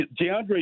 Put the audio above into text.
DeAndre